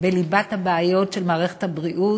בליבת הבעיות של מערכת הבריאות,